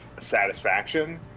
satisfaction